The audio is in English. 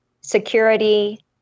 security